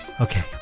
Okay